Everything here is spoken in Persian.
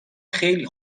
خیلی